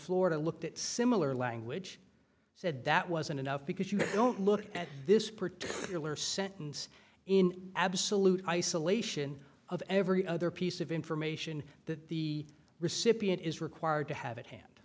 florida looked at similar language said that wasn't enough because you don't look at this particular sentence in absolute isolation of every other piece of information that the recipient is required to have at hand